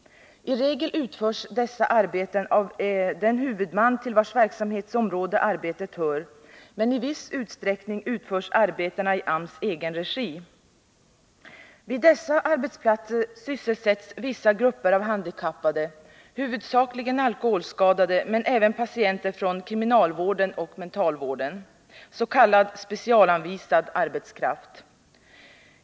I regel utförs dessa arbeten av den huvudman till vars verksamhetsområde arbetet hör, men i viss utsträckning utförs arbetena i AMS egen regi. Vid dessa arbetsplatser sysselsätts vissa grupper av handikappade, huvudsakligen alkoholskadade men även patienter från kriminalvården och mentalvården, s.k. specialanvisad arbetskraft.